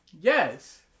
Yes